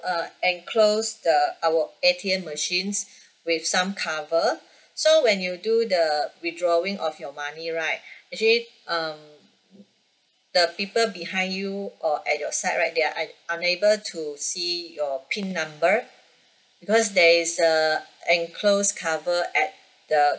uh enclose the our A_T_M machines with some cover so when you do the withdrawing of your money right actually um the people behind you or at your side right that I unable to see your pin number because there is a enclose cover at the uh